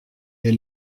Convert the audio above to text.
des